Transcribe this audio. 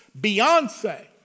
Beyonce